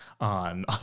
on